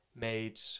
made